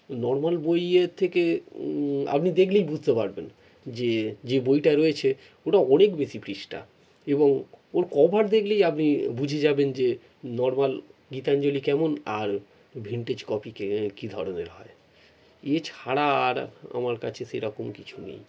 normal বইয়ের থেকে আপনি দেখলেই বুঝতে পারবেন যে যে বইটা রয়েছে ওটা অনেক বেশি পৃষ্ঠা এবং ওর কভার দেখলেই আপনি বুঝে যাবেন যে নর্ম্যাল গীতাঞ্জলি কেমন আর ভিন্টেজ কপি কে কী ধরনের হয় এছাড়া আর আমার কাছে সেরকম কিছু নেই